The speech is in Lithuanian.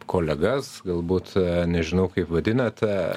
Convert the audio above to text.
kolegas galbūt nežinau kaip vadinate